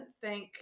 thank